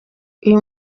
uyu